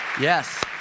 Yes